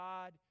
God